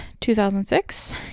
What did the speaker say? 2006